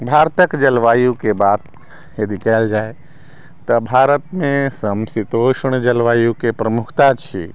भारतक जलवायुके बात यदि कयल जाय तऽ भारतमे समशीतोष्ण जलवायुके प्रमुखता छै